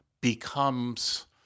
becomes